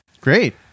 Great